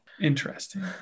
interesting